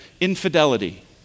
infidelity